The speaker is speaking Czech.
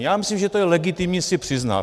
Já myslím, že to je legitimní si přiznat.